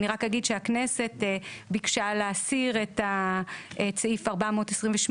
רק אגיד שהכנסת ביקשה להסיר את סעיף 428,